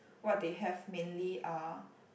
what they have mainly are